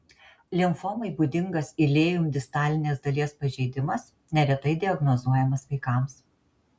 limfomai būdingas ileum distalinės dalies pažeidimas neretai diagnozuojamas vaikams